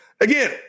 Again